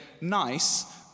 nice